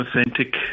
authentic